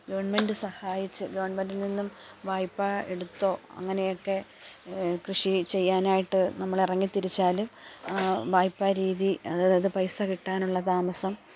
government സഹായിച്ച് ഗവണ്മെന്റില്നിന്നും വായ്പ്പ എടുത്തോ അങ്ങനെയൊക്കെ കൃഷി ചെയ്യാനായിട്ട് നമ്മൾ ഇറങ്ങിത്തിരിച്ചാൽ വായ്പാരീതി അതായത് പൈസ കിട്ടാനുള്ള താമസം